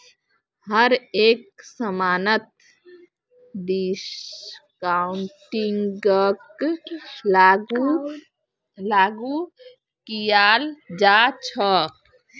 हर एक समानत डिस्काउंटिंगक लागू कियाल जा छ